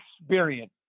experience